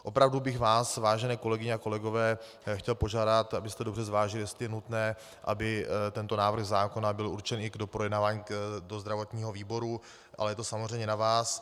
Opravdu bych vás, vážené kolegyně a kolegové, chtěl požádat, abyste dobře zvážili, jestli je nutné, aby tento návrh zákona byl určen k doprojednávání do zdravotního výboru, ale je to samozřejmě na vás.